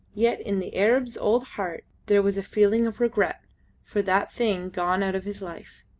yet in the arab's old heart there was a feeling of regret for that thing gone out of his life.